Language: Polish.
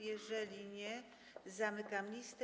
Jeżeli nie, zamykam listę.